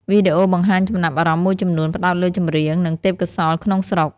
វីដេអូបង្ហាញចំណាប់អារម្មណ៍មួយចំនួនផ្ដោតលើចម្រៀង និងទេពកោសល្យក្នុងស្រុក។